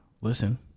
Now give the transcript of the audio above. listen